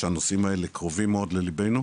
שהנושאים האלה קרובים מאוד לליבנו,